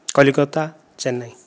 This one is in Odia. କଲିକତା ଚେନ୍ନାଇ